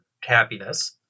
happiness